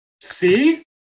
See